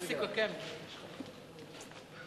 כבוד חבר הכנסת אחמד טיבי.